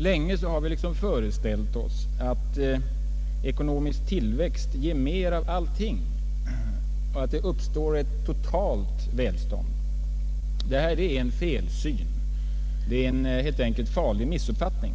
Länge har vi föreställt oss att ekonomisk tillväxt ger mer av allting, att det uppstår ett totalt välstånd. Detta är en felsyn. Det är en farlig missuppfattning.